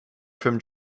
from